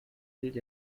lead